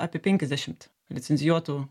apie penkiasdešimt licencijuotų